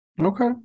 Okay